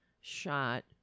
shot